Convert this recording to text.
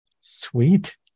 Sweet